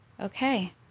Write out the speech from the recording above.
okay